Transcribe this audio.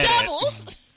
doubles